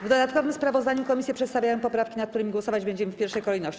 W dodatkowym sprawozdaniu komisje przedstawiają poprawki, nad którymi głosować będziemy w pierwszej kolejności.